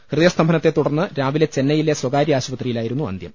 ഹൃദയസ്തംഭനത്തെ തുടർന്ന് രാവിലെ ചെന്നൈയിലെ സ്വകാര്യ ആശുപത്രിയിലായിരുന്നു അന്ത്യം